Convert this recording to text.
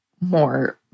more